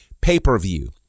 pay-per-view